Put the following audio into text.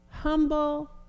humble